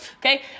Okay